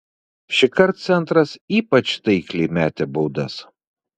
šįkart centras ypač taikliai metė baudas